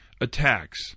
attacks